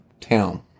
town